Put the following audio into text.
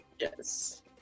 Yes